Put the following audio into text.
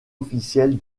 officielle